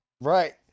Right